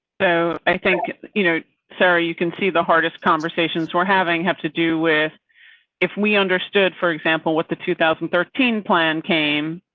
so, i think you know sarah, you can see the hardest conversations we're having have to do with if we understood, for example, what the two thousand and thirteen plan came.